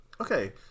okay